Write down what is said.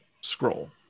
scroll